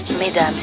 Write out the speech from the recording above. Mesdames